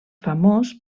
famós